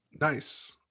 Nice